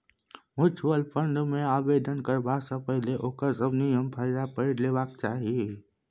mutual fund मे आवेदन करबा सँ पहिने ओकर सभ नियम कायदा पढ़ि लेबाक चाही